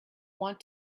want